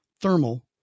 thermal